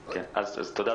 תודה,